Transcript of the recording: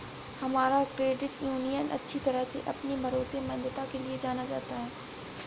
हमारा credit union अच्छी तरह से अपनी भरोसेमंदता के लिए जाना जाता है